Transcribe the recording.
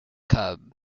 cub